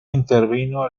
intervino